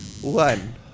one